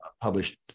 published